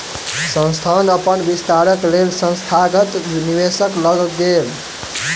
संस्थान अपन विस्तारक लेल संस्थागत निवेशक लग गेल